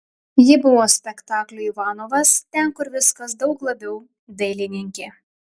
ji buvo spektaklių ivanovas ten kur viskas daug labiau dailininkė